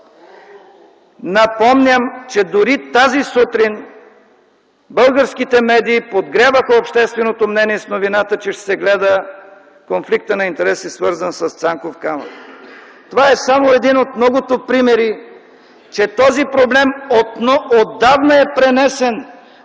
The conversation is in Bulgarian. Напомням, че дори тази сутрин българските медии подгряваха общественото мнение с новината, че ще се гледа конфликтът на интереси, свързан с „Цанков камък”. Това е само един от многото примери, че този проблем отдавна е пренесен